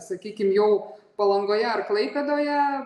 sakykim jau palangoje ar klaipėdoje